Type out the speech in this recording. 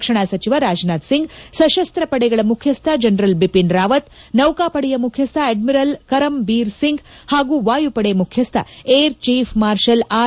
ರಕ್ಷಣಾ ಸಚಿವ ರಾಜ್ನಾಥ್ ಸಿಂಗ್ ಸಶಸ್ತ ಪಡೆಗಳ ಮುಖ್ಯಶ್ಥ ಜನರಲ್ ಬಿಪಿನ್ ರಾವತ್ ನೌಕಾ ಪಡೆಯ ಮುಖ್ಯಸ್ಥ ಅಡ್ಮಿರಲ್ ಕರಂಬೀರ್ ಸಿಂಗ್ ಹಾಗೂ ವಾಯು ಪಡೆ ಮುಖ್ಯಸ್ಥ ಏರ್ ಚೀಫ್ ಮಾರ್ಷಲ್ ಆರ್